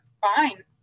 fine